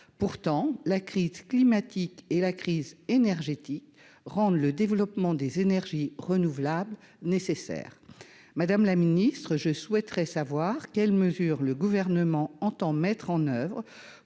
pourtant la crise climatique et la crise énergétique rendent le développement des énergies renouvelables, nécessaire, madame la ministre, je souhaiterais savoir quelles mesures le gouvernement entend mettre en oeuvre